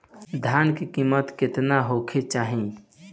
धान के किमत केतना होखे चाही?